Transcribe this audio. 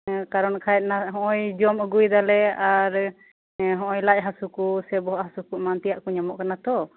ᱠᱟᱨᱚᱱ ᱠᱷᱟᱡᱱᱟ ᱱᱚᱜᱚᱭ ᱡᱚᱢ ᱟᱹᱜᱩᱭᱮᱫᱟ ᱞᱮ ᱟᱨ ᱱᱚᱜᱚᱭ ᱞᱟᱡ ᱦᱟᱹᱥᱩ ᱠᱩ ᱥᱮ ᱵᱚᱦᱚᱜ ᱦᱟᱥᱩ ᱠᱩ ᱮᱢᱟᱱ ᱛᱮᱭᱟᱜ ᱠᱚ ᱧᱟᱢᱚᱜ ᱠᱟᱱᱟ ᱛᱳ